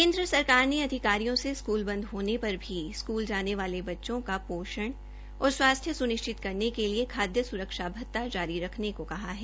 केन्द्र सरकार ने अधिकारियों से स्कूल बंद होने पर भी स्कूल जाने वाले बच्चों का पोषण और स्वास्थ्य सुनिश्चित करने के लिए खाद्य सुरक्षा भत्ता जारी करने को कहा है